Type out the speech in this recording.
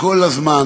כל הזמן